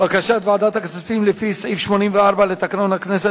בקשת ועדת הכספים לפי סעיף 84(ב) לתקנון הכנסת